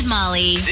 Molly